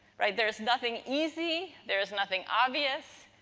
right? there is nothing easy, there is nothing obvious.